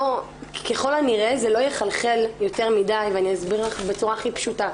ככל הנראה זה לא יחלחל יותר מדי ואני אסביר לך בצורה הכי פשוטה.